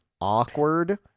awkward